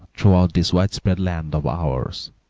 throughout this wide-spread land of ours,